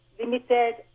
limited